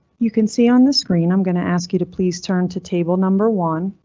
you can see on the screen i'm going to ask you to please turn to table number one,